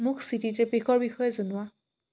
মোক চিটি ট্ৰেফিকৰ বিষয়ে জনোৱা